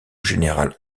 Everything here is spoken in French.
général